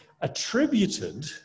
attributed